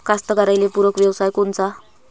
कास्तकाराइले पूरक व्यवसाय कोनचा?